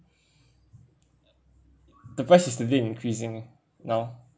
the price is really increasing now